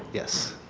yes.